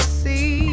see